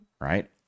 right